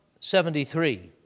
73